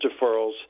deferrals